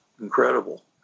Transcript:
incredible